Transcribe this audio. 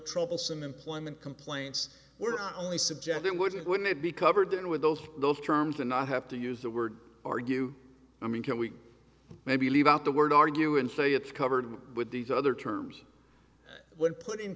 troublesome employment complaints were not only subject it wouldn't wouldn't it be covered in with those terms and not have to use the word argue i mean can we maybe leave out the word argue and say it's covered with these other terms when put in